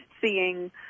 seeing